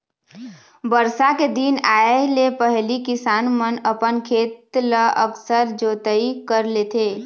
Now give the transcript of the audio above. बरसा के दिन आए ले पहिली किसान मन अपन खेत ल अकरस जोतई कर लेथे